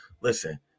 listen